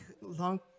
long